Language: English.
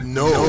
no